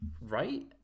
Right